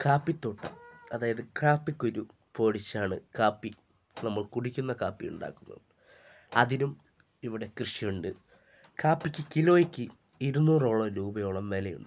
കാപ്പിത്തോട്ടം അതായത് കാപ്പിക്കുരു പൊടിച്ചാണ് കാപ്പി നമ്മൾ കുടിക്കുന്ന കാപ്പി ഉണ്ടാക്കുന്നത് അതിനും ഇവിടെ കൃഷിയുണ്ട് കാപ്പിക്ക് കിലോയ്ക്ക് ഇരുന്നൂറോളം രൂപയോളം വിലയുണ്ട്